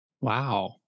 Wow